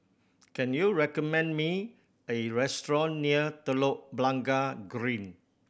can you recommend me a restaurant near Telok Blangah Green